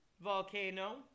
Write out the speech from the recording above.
volcano